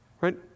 right